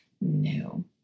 No